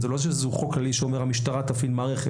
זה לא שזה חוק כללי שאומר שהמשטרה תפעיל מערכת.